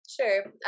sure